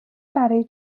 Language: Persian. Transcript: برای